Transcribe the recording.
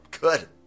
Good